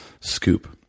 scoop